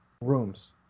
rooms